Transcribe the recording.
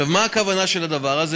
מה הכוונה של הדבר הזה?